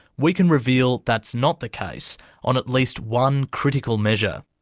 we can reveal that's not the case on at least one critical measure.